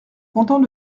content